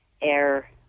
air